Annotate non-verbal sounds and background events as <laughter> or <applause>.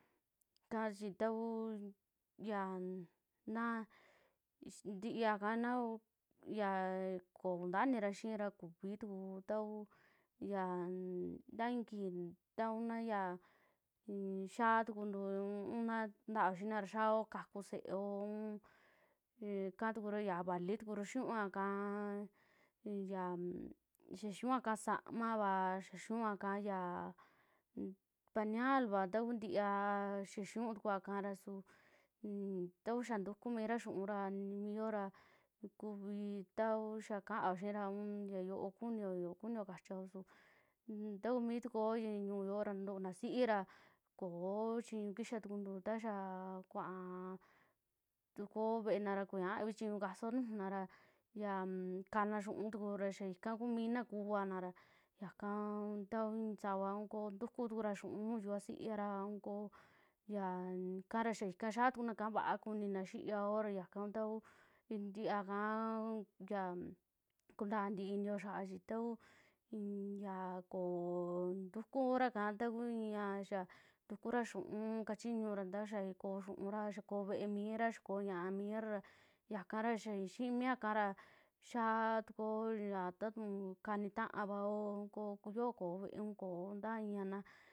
Kaa chii taku yan naa sntiaaka <unintelligible> na ya kokuntua inira xii ra, kuvi tuku taku yaa ntaa i'i kiji tauna ya xiaa tukuntu un naa tia'aoo xinaa ra xiaao kaku seeo, un ika tukura xia valii xiniuakaa yaa, xaxinuaka sa'amava, xaxuaka upañalva ta kuun ntiaa yaa xinuu tukuaa ra su ntuku xia ntuku mira xiu'un ra, nimio ra kuvi tauu xiaa kaao xi'ira un xia yo'o kunio, xaa yo'o kunio, xaa yokunio kachiao su ta kuu mitukuo yaa ñiuu yoora, ntuu naa sií ra koo chiñuu kixaa tukuntu, tau xaa kuaa tukuo veena ra kuavi chiñu kasao nujuuna ra yan kaana xiu'un tukura, ya ikaku minaa kuavanara yakaa ntau i'i sava a koo ntukutukura xiu'un nuju xiuvasiiara, aun koo yaaka ra xaa ika kixaa tukunaka vaa kuniina xiiao, ra yaka kuu tau ntiaa kaa aun yaa kuntaa ntii inio xiaa chi tauu i'in ya koo ntukura ika taku i'a xaa ntukura xiu'un kachiñura xaa koo xiu'ura, xaa koo ve'e miraa yakara xiaa xii miakara xiaa tukuoo ya tatuu kani taavao un ko'o yo'o koo ve'eun koo, nta i'iana.